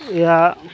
ଏହା